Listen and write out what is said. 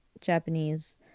Japanese